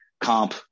comp